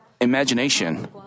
imagination